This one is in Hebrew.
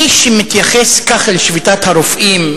מי שמתייחס כך לשביתת הרופאים,